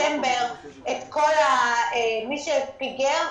דצמבר את כל מי שפיגר,